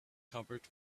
covered